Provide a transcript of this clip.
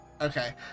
Okay